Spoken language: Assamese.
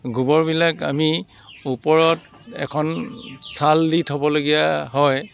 গোবৰবিলাক আমি ওপৰত এখন ছাল দি থ'বলগীয়া হয়